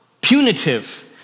punitive